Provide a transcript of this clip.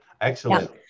Excellent